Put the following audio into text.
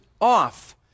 off